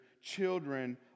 children